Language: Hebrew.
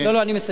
אני מסיים.